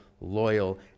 loyal